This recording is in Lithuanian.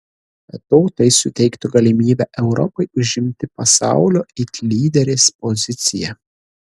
be to tai suteiktų galimybę europai užimti pasaulio it lyderės poziciją